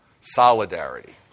solidarity